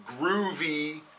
groovy